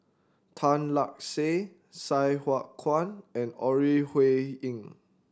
Tan Lark Sye Sai Hua Kuan and Ore Huiying